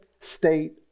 state